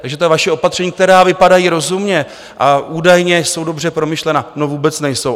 Takže ta vaše opatření, která vypadají rozumně a údajně jsou dobře promyšlená no vůbec nejsou.